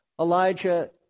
Elijah